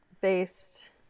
based